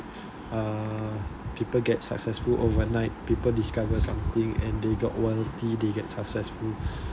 err people get successful overnight people discover something and they got warranty they get successful